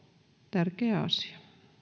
tärkeä asia